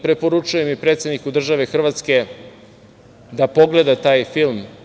Preporučujem i predsedniku države Hrvatske da pogleda taj film.